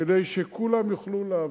כדי שכולם יוכלו להבין.